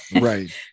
Right